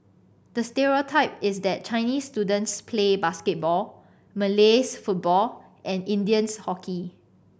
the stereotype is that Chinese students play basketball Malays football and Indians hockey